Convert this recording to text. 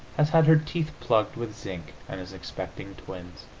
has had her teeth plugged with zinc and is expecting twins.